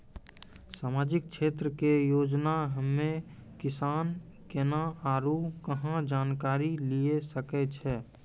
समाजिक क्षेत्र के योजना हम्मे किसान केना आरू कहाँ जानकारी लिये सकय छियै?